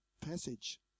passage